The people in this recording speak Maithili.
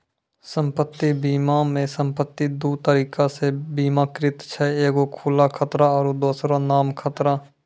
सम्पति बीमा मे सम्पति दु तरिका से बीमाकृत छै एगो खुला खतरा आरु दोसरो नाम खतरा